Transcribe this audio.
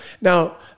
Now